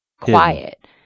quiet